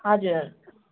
हजुर